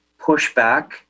pushback